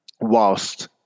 whilst